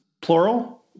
plural